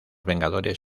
vengadores